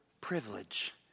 privilege